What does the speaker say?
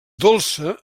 dolça